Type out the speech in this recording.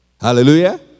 Hallelujah